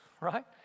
right